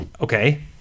okay